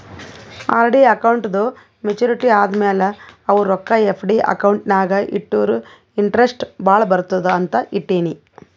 RD ಅಕೌಂಟ್ದೂ maturity ಆದಮ್ಯಾಲ ಅವು ರೊಕ್ಕಾ ಎಫ್.ಡಿ ಅಕೌಂಟ್ ನಾಗ್ ಇಟ್ಟುರ ಇಂಟ್ರೆಸ್ಟ್ ಭಾಳ ಬರ್ತುದ ಅಂತ್ ಇಟ್ಟೀನಿ